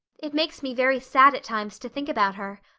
it makes me very sad at times to think about her.